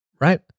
Right